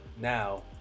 now